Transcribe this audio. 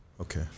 Okay